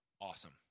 awesome